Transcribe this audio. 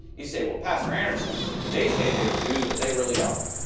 you say, well, pastor anderson, they say they are jews, but they really are.